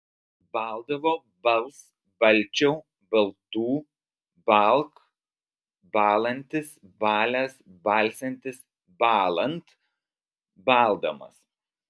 baldavo bals balčiau baltų balk bąlantis balęs balsiantis bąlant baldamas